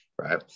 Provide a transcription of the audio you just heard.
Right